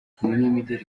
umunyamideli